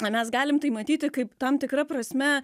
na mes galim tai matyti kaip tam tikra prasme